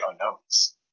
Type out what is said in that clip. unknowns